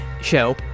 show